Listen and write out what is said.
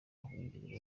ahungira